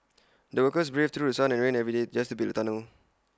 the workers braved through sun and rain every day just to build the tunnel